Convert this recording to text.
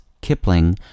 Kipling